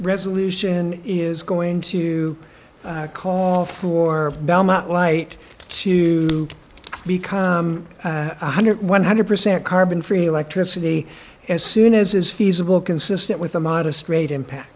resolution is going to call for belmont light to become one hundred one hundred percent carbon free electricity as soon as is feasible consistent with a modest rate impact